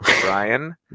Brian